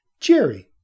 Jerry